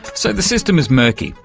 so the system is murky,